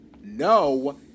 no